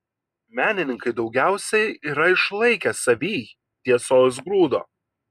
menininkai daugiausiai yra išlaikę savyj tiesos grūdo